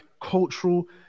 cultural